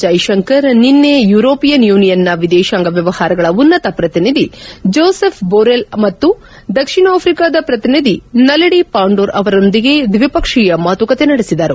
ಜ್ವೆಶಂಕರ್ ನಿನ್ಲೆ ಯುರೋಪಿಯನ್ ಯೂನಿಯನ್ನ ವಿದೇಶಾಂಗ ವ್ಯವಹಾರಗಳ ಉನ್ತತ ಪ್ರತಿನಿಧಿ ಜೋಸೆಫ್ ಬೊರೆಲ್ ಮತ್ತು ದಕ್ಷಿಣ ಆಫ್ರಿಕಾದ ಪ್ರತಿನಿಧಿ ನಲೆದಿ ಪಾಂಡೋರ್ ಅವರೊಂದಿಗೆ ದ್ವಿಪಕ್ಷೀಯ ಮಾತುಕತೆ ನಡೆಸಿದರು